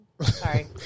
Sorry